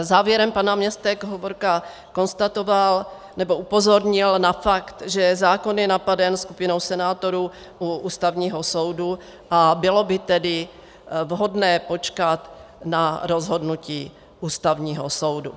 Závěrem pan náměstek Hovorka konstatoval nebo upozornil na fakt, že zákon je napaden skupinou senátorů u Ústavního soudu, a bylo by tedy vhodné počkat na rozhodnutí Ústavního soudu.